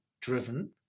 driven